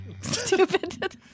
Stupid